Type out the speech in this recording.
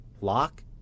lock